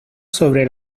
sobre